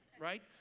Right